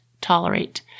tolerate